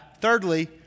Thirdly